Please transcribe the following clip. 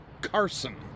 Carson